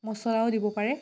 মছলাও দিব পাৰে